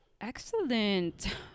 Excellent